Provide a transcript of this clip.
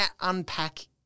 unpack